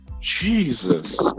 Jesus